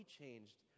changed